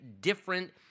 different